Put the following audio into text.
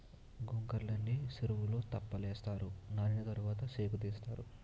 గొంకర్రలని సెరువులో తెప్పలేస్తారు నానిన తరవాత సేకుతీస్తారు